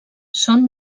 són